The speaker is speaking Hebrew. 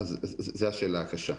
זו השאלה הקשה.